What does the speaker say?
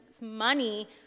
money